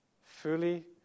fully